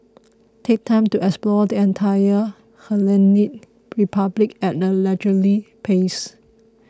take time to explore the entire Hellenic Republic at a leisurely pace